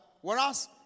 whereas